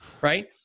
right